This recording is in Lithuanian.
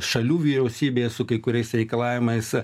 šalių vyriausybės su kai kuriais reikalavimais